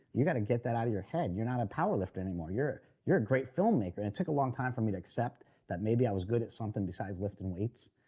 you've got to get that out of your head. you're not a power lifter anymore. you're a great filmmaker. it took a long time for me to accept that maybe i was good at something besides lifting weights.